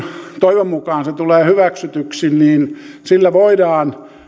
toivon mukaan se tulee hyväksytyksi voidaan